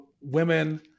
women